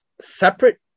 separate